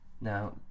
Now